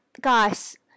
guys